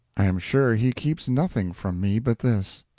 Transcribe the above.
i am sure he keeps nothing from me but this.